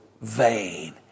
vain